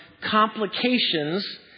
complications